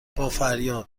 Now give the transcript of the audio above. بافریاد